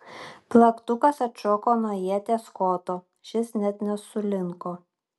plaktukas atšoko nuo ieties koto šis net nesulinko